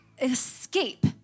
escape